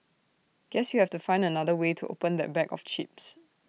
guess you have to find another way to open that bag of chips